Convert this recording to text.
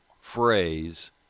phrase